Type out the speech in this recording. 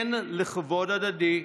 כן לכבוד הדדי,